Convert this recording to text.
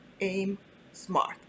AIM-SMART